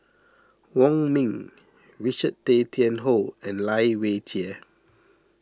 Wong Ming Richard Tay Tian Hoe and Lai Weijie